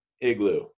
igloo